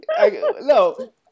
No